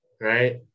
right